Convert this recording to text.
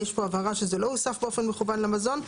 יש פה הבהרה שזה לא הוסף באופן מכוון למזון.